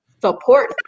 support